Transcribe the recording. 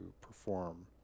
perform